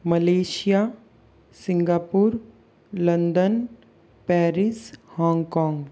Malaysia Singapore London Paris Hong Kong